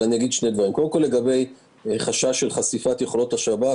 לגבי חשש מחשיפת יכולות השב"כ.